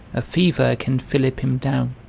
a fever can fillip him down,